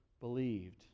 believed